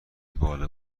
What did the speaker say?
بال